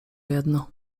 jedno